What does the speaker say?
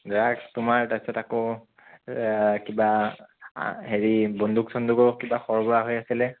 drugs তোমাৰ তাৰপাছত আকৌ কিবা হেৰি বন্দুক চন্দুকৰ কিবা সৰবৰাহ হৈ আছিলে